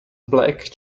black